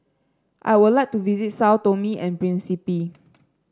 I would like to visit Sao Tome and Principe